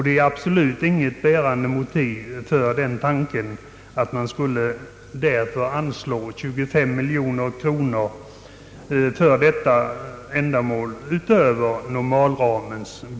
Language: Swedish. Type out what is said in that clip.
Det är i varje fall inte något bärande motiv för tanken att för detta ändamål anslå 25 miljoner kronor av medel utöver normalramen.